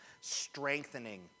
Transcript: Strengthening